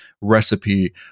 recipe